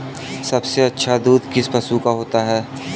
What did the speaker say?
सबसे अच्छा दूध किस पशु का होता है?